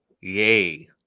Yay